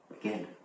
again